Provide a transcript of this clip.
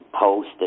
post